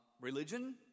religion